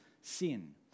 sin